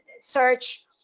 search